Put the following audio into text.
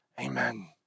Amen